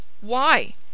Why